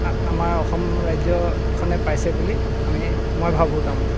আমাৰ অসম ৰাজ্যখনে পাইছে বুলি আমি মই ভাবো তাৰমানে